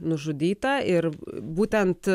nužudyta ir būtent